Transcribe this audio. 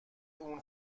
اون